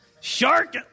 shark